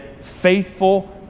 faithful